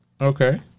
Okay